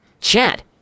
Chad